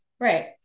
Right